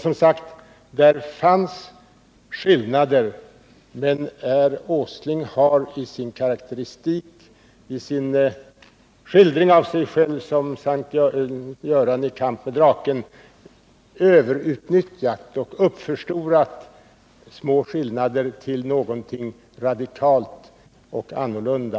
Där fanns, som sagt, skillnader, men herr Åsling har i sin skildring av sig själv som Sankt Göran i kamp med draken överutnyttjat och uppförstorat små skillnader till någonting radikalt och annorlunda.